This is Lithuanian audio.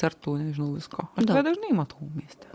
ertų nežinau visko bet dažnai mat mieste